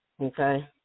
Okay